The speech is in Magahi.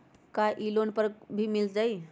का इ लोन पर मिल जाइ?